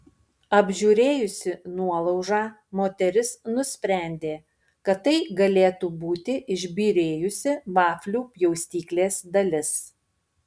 apžiūrėjusi nuolaužą moteris nusprendė kad tai galėtų būti išbyrėjusi vaflių pjaustyklės dalis